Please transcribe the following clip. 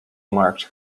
marked